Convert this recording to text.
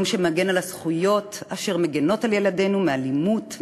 יום שמגן על הזכויות אשר מגינות על ילדינו מאלימות,